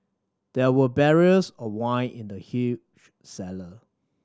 there were barrels of wine in the huge cellar